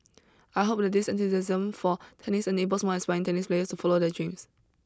I hope that this enthusiasm for tennis enables more aspiring tennis players to follow their dreams